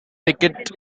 ticket